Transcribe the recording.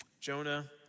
Jonah